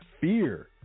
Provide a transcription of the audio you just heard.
Fear